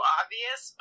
obvious